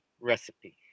recipe